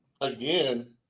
again